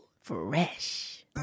fresh